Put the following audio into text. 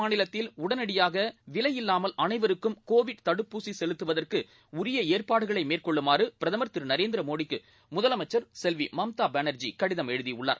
மாநிலத்தில் மேற்கு வங்க அனைவருக்கும் கோவிட் தடுப்பூசி செலுத்துவதற்கு உரிய ஏற்பாடுகளை மேற்கொள்ளுமாறு பிரதமர் திரு நரேந்திர மோடிக்கு முதலமைச்சர் செல்வி மம்தா பேனர்ஜி கடிதம் எழுதியுள்ளார்